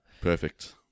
Perfect